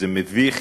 וזה מביך,